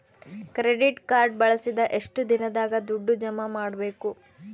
Credit card ಬಳಸಿದ ಎಷ್ಟು ದಿನದಾಗ ದುಡ್ಡು ಜಮಾ ಮಾಡ್ಬೇಕು?